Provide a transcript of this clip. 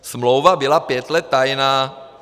Smlouva byla pět let tajná.